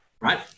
right